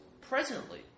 presently